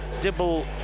Dibble